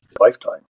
Lifetime